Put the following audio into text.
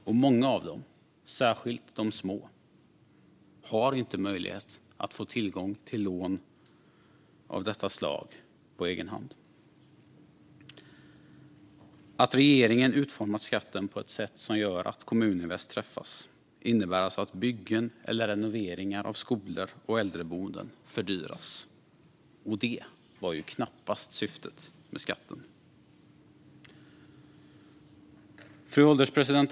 Och många av dem, särskilt de små, har inte möjlighet att få tillgång till lån av detta slag på egen hand. Att regeringen utformat skatten på ett sätt som gör att Kommuninvest träffas innebär alltså att byggen eller renoveringar av skolor och äldreboenden fördyras. Det var knappast syftet med skatten. Fru ålderspresident!